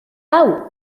hau